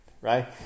Right